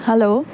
hello